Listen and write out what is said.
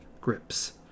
grips